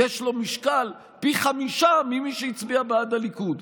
יש לו משקל פי חמישה ממי שהצביע בעד הליכוד.